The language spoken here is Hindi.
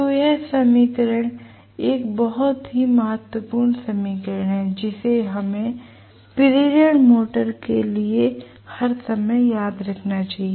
तो यह समीकरण एक बहुत ही महत्वपूर्ण समीकरण है जिसे हमें प्रेरण मोटर के लिए हर समय याद रखना चाहिए